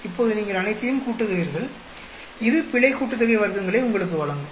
இப்போது நீங்கள் அனைத்தையும் கூட்டுகிறீர்கள் இது பிழை கூட்டுத்தொகை வர்க்கங்களை உங்களுக்கு வழங்கும்